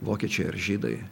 vokiečiai ar žydai